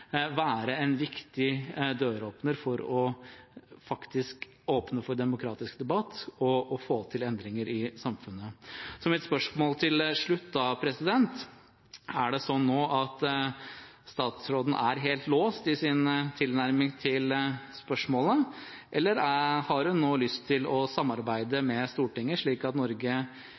være en viktig døråpner for å åpne for demokratisk debatt og få til endringer i samfunnet. Mitt spørsmål til slutt er: Er det slik nå at statsråden er helt låst i sin tilnærming til spørsmålet, eller har hun nå lyst til å samarbeide med Stortinget slik at Norge